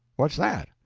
what's that?